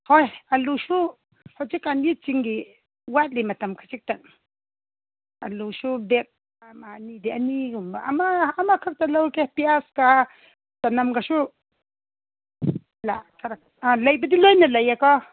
ꯍꯣꯏ ꯑꯥꯂꯨꯁꯨ ꯍꯧꯖꯤꯛ ꯀꯥꯟꯗꯤ ꯆꯤꯡꯒꯤ ꯋꯥꯠꯂꯤ ꯃꯇꯝ ꯈꯖꯤꯛꯇ ꯑꯥꯂꯨꯁꯨ ꯕꯦꯛ ꯑꯅꯤ ꯑꯅꯤꯒꯨꯝꯕ ꯑꯃ ꯈꯛꯇ ꯂꯧꯔꯒꯦ ꯄꯤꯌꯥꯏꯀꯥ ꯆꯅꯝꯒꯁꯨ ꯑ ꯂꯩꯕꯗꯤ ꯂꯣꯏꯅ ꯂꯩꯌꯦꯀꯣ